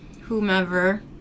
whomever